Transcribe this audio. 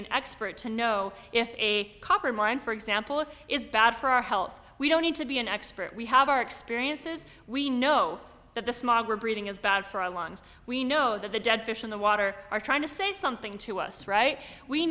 an expert to know if a copper mine for example is bad for our health we don't need to be an expert we have our experiences we know that the smog we're breeding is bad for a lawn we know that the dead fish in the water are trying to say something to us right we